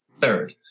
third